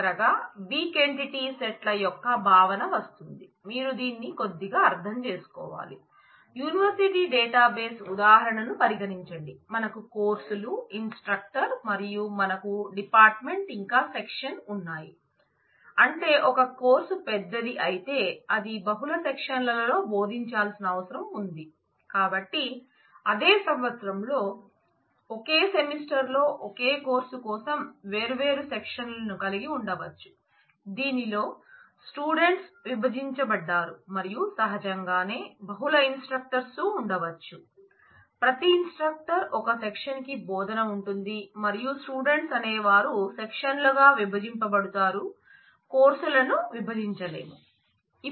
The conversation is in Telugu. చివరగా వీక్ ఎంటిటీ సెట్లలో ఒకే కోర్సు కోసం వేర్వేరు సెక్షన్లను కలిగి ఉండవచ్చు దీనిలో స్టూడెంట్స్ విభజించబడ్డారు మరియు సహజంగానే బహుళ ఇన్స్ట్రక్టర్స్ ఉండవచ్చు ప్రతి ఇన్స్ట్రక్టర్ ఒక సెక్షన్ కి బోధన ఉంటుంది మరియు స్టూడెంట్స్ అనే వారు సెక్షన్లుగా విభజింపబడతారు కోర్సులను విభజించలేం